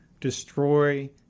destroy